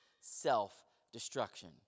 self-destruction